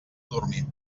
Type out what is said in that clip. dormir